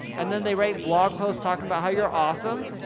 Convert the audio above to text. and then they write blog posts talking about how you're awesome,